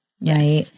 right